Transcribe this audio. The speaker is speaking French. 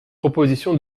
proposition